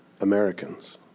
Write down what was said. Americans